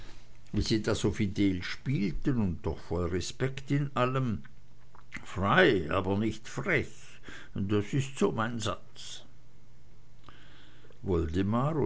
wie sie da so fidel spielten und doch voll respekt in allem frei aber nicht frech das ist so mein satz